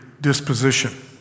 disposition